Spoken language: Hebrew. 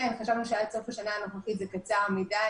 חשבנו שעד סוף השנה הנוכחית זה קצר מדי.